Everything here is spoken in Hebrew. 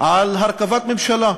על הרכבת ממשלה.